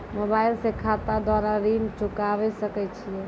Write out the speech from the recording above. Mobile से खाता द्वारा ऋण चुकाबै सकय छियै?